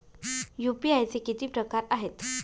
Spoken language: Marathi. यू.पी.आय चे किती प्रकार आहेत?